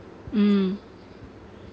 mm